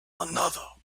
another